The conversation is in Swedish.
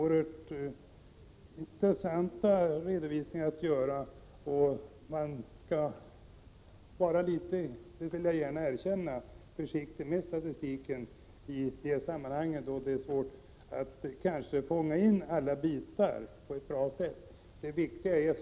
En sådan redovisning skulle vara intressant. Det finns alltså anledning att vara försiktig med statistik — det kan vara svårt att fånga in alla bitar på ett bra sätt.